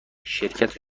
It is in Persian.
شرکت